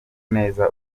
neza